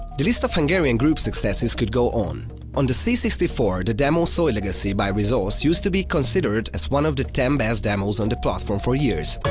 the list of hungarian groups' successes could go on on the c six four, the demo soiled legacy by resource used to be considered as one of the ten best demos on the platform for years.